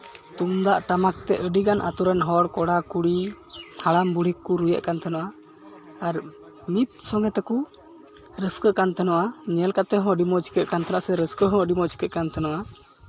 ᱛᱩᱢᱫᱟᱜ ᱴᱟᱢᱟᱠ ᱛᱮ ᱟᱹᱰᱤᱜᱟᱱ ᱟᱛᱳ ᱨᱮᱱ ᱦᱚᱲ ᱠᱚᱲᱟᱼᱠᱩᱲᱤ ᱦᱟᱲᱟᱢᱼᱵᱩᱲᱦᱤ ᱠᱚᱠᱚ ᱨᱩᱭᱮᱫ ᱠᱟᱱ ᱛᱟᱦᱮᱱᱚᱜᱼᱟ ᱟᱨ ᱢᱤᱫ ᱥᱚᱸᱜᱮ ᱛᱮᱠᱚ ᱨᱟᱹᱥᱠᱟᱹᱜ ᱠᱟᱱ ᱛᱟᱦᱮᱱᱜᱼᱟ ᱧᱮᱞ ᱠᱟᱛᱮᱫ ᱦᱚᱸ ᱟᱹᱰᱤ ᱢᱚᱡᱽ ᱟᱹᱭᱠᱟᱹᱜ ᱠᱟᱱ ᱛᱟᱦᱮᱱᱟ ᱥᱮ ᱨᱟᱹᱥᱠᱟᱹ ᱦᱚᱸ ᱟᱹᱰᱤ ᱢᱚᱡᱽ ᱟᱹᱭᱠᱟᱹᱜ ᱠᱟᱱ ᱛᱟᱦᱮᱱᱚᱜᱼᱟ